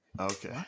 Okay